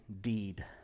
deed